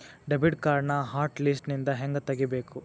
debit ಕಾರ್ಡ್ನ hot ಲಿಸ್ಟ್ನಿಂದ ಹೆಂಗ ತೆಗಿಬೇಕ